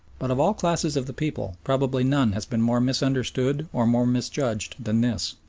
but of all classes of the people probably none has been more misunderstood or more misjudged than this.